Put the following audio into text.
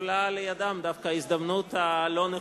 ונפלה לידם דווקא ההזדמנות הלא-נכונה.